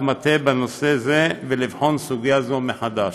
מטה בנושא זה ולבחון סוגיה זו מחדש.